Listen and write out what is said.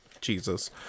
Jesus